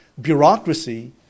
bureaucracy